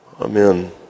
Amen